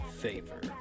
favor